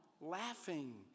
laughing